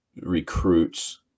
recruits